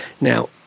Now